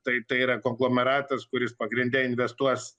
tai tai yra konglomeratas kuris pagrinde investuos